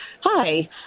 hi